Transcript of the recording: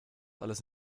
alles